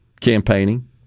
campaigning